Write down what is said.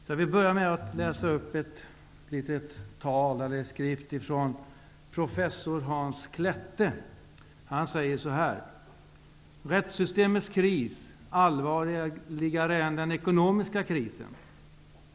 Jag vill börja med att läsa upp vad professor Hans Klette har skrivit i en skrift: Rättssystemets kris är allvarligare än den ekonomiska krisen.